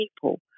people